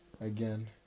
Again